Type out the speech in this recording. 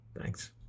Thanks